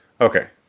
Okay